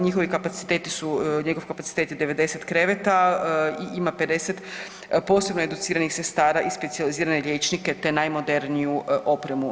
Njihovi kapaciteti su, njegov kapacitet je 90 kreveta i ima 50 posebno educiranih sestara i specijalizirane liječnike te najmoderniju opremu.